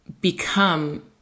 become